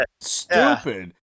stupid